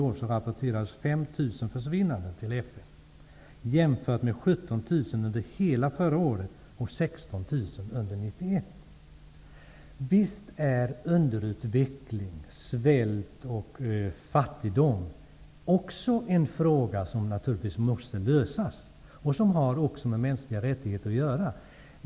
Där finns en mängd brott uppradade. Visst är underutveckling, svält och fattigdom också en fråga som naturligtvis måste lösas och som har med mänskliga rättigheter att göra.